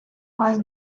вас